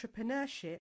entrepreneurship